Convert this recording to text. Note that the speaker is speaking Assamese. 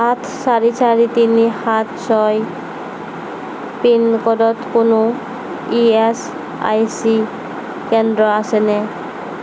আঠ চাৰি চাৰি তিনি সাত ছয় পিনক'ডত কোনো ই এছ আই চি কেন্দ্র আছেনে